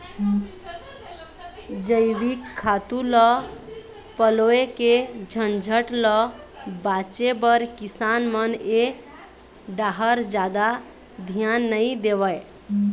जइविक खातू ल पलोए के झंझट ल बाचे बर किसान मन ए डाहर जादा धियान नइ देवय